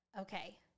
Okay